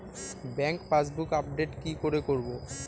Bank passbook update কি করে করবো?